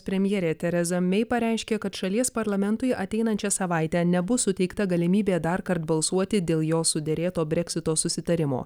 premjerė tereza mei pareiškė kad šalies parlamentui ateinančią savaitę nebus suteikta galimybė dar kart balsuoti dėl jo suderėto breksito susitarimo